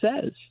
says